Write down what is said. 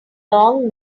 long